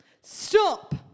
Stop